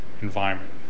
environment